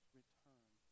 return